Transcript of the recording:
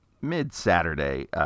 mid-Saturday